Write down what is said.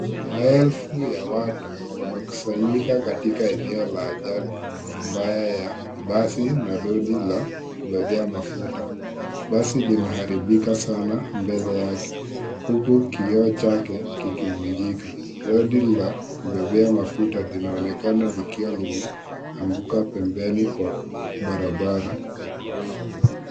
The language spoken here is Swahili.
Maelfu ya watu wamekusanyika katika eneo la ajali mbaya ya basi na lori la kubebea mafuta. Basi limeharibika sana mbele yake, huku kioo chake kikivunjika. Lori la kubebea mafuta linaonekana likiwa limeanguka pembeni kwa barabara.